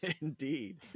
Indeed